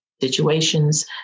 situations